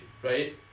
Right